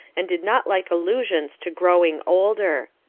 and did not like allusions to growing older.